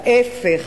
ההיפך.